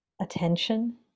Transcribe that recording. attention